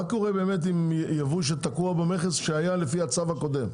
מה קורה עם יבוא שתקוע במכס שהיה לפי הצו הקודם,